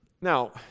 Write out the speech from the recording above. Now